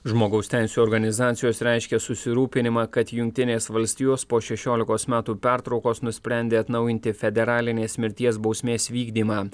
žmogaus teisių organizacijos reiškia susirūpinimą kad jungtinės valstijos po šešiolikos metų pertraukos nusprendė atnaujinti federalinės mirties bausmės vykdymą